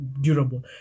durable